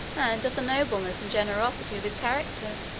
and of the nobleness and generosity of his character.